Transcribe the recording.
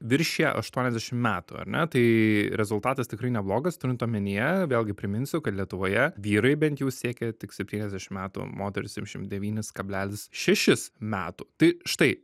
viršija aštuoniasdešim metų ar ne tai rezultatas tikrai neblogas turint omenyje vėlgi priminsiu kad lietuvoje vyrai bent jau siekia tik septyniasdešim metų moterys septyniasdešim devynis kablelis šešis metų tai štai